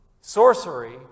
Sorcery